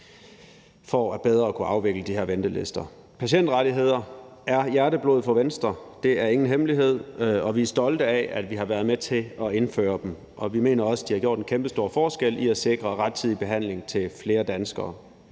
bedre at kunne afvikle de her ventelister. Patientrettigheder er hjerteblod for Venstre, det er ingen hemmelighed, og vi er stolte af, at vi har været med til at indføre dem, og vi mener også, at de har gjort en kæmpestor forskel i at sikre rettidig behandling til flere danskere.